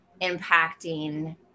impacting